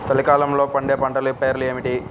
చలికాలంలో పండే పంటల పేర్లు ఏమిటీ?